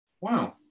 Wow